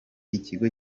ikigo